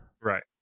Right